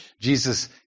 Jesus